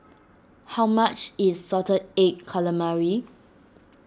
how much is Salted Egg Calamari